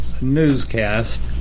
newscast